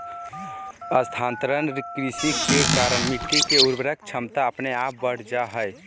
स्थानांतरण कृषि के कारण मिट्टी के उर्वरक क्षमता अपने आप बढ़ जा हय